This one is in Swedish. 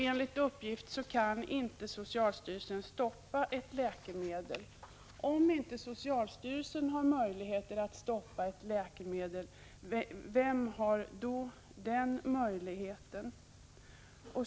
Enligt uppgift kan socialstyrelsen inte stoppa ett läkemedel. Om inte socialstyrelsen har möjligheter att stoppa ett läkemedel — vem har då den möjligheten?